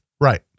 Right